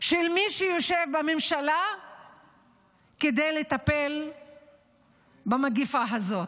של מי שיושב בממשלה כדי לטפל במגפה הזאת.